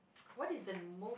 what is most